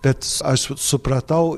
bec aš supratau